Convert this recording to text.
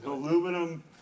Aluminum